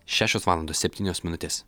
šešios valandos septynios minutės